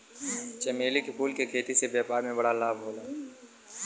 चमेली के फूल के खेती से व्यापार में बड़ा लाभ होला